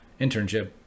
internship